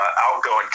outgoing